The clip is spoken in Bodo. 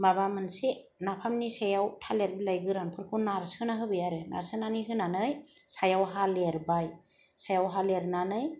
माबा मोनसे नाफामनि सायाव थालिर बिलाय गोरानफोरखौ नारसोना होबाय आरो नारसोनानै होनानै सायाव हा लेरबाय सायाव हा लेरनानै